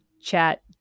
chat